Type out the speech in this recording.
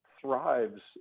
thrives